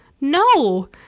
No